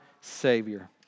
Savior